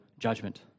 Judgment